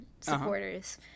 supporters